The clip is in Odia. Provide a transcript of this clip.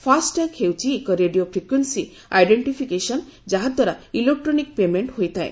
ଫାସ୍ଟ୍ୟାଗ୍ ହେଉଛି ଏକ ରେଡିଓ ଫ୍ରିକ୍ୱେନ୍ସି ଆଇଡେଣ୍ଟିଫିକେସନ୍ ଯାହାଦ୍ୱାରା ଇଲୋକ୍ଟ୍ରୋନିକ ପେମେଣ୍ଟ୍ ହୋଇଥାଏ